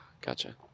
gotcha